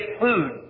food